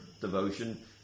devotion